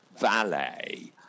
valet